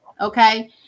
okay